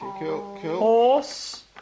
Horse